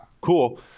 cool